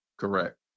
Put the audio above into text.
Correct